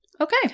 Okay